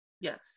yes